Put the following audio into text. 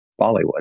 Bollywood